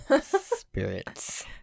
spirits